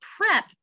prep